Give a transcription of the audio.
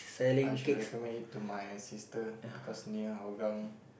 I should recommend it to my sister because near Hougang